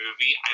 movie